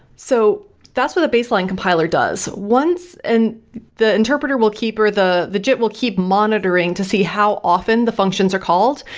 so that's what the baseline compiler does. and the interpreter will keep her, the the jip will keep monitoring to see how often the functions are called,